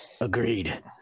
Agreed